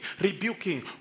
rebuking